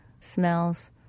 smells